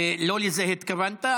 ולא לזה התכוונת.